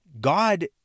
God